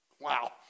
Wow